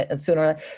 sooner